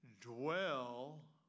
dwell